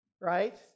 right